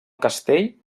castell